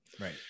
Right